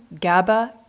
GABA